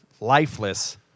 lifeless